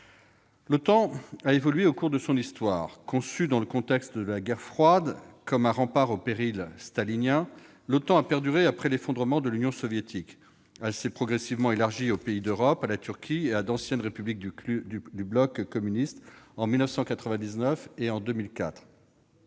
L'OTAN a évolué au cours de son histoire. Conçue dans le contexte de la guerre froide comme un rempart au péril stalinien, elle a perduré après l'effondrement de l'Union soviétique et a été progressivement élargie aux pays d'Europe, à la Turquie et à d'anciennes Républiques du bloc communiste, en 1999 et en 2004.